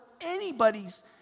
anybody's